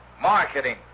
marketing